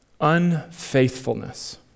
Unfaithfulness